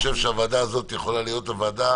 הוועדה הזאת יכולה להיות הוועדה